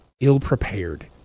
ill-prepared